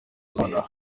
nonaha